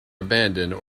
abandoned